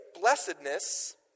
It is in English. blessedness